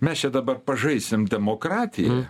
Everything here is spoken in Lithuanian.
mes čia dabar pažaisim demokratiją